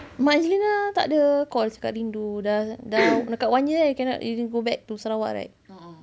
mak angelina tak ada call cakap rindu dah dah dekat one year kan cannot really go back to sarawak right